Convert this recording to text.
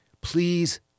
Please